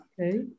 okay